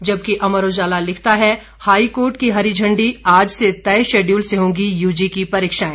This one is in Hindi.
जबकि अमर उजाला लिखता है हाईकोर्ट की हरी झंडी आज से तय शेडयूल से होंगी यूजी की परीक्षाएं